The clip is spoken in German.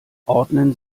ordnen